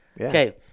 Okay